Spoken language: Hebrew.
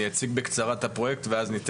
אני אציג בקצרה את הפרויקט,